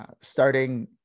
starting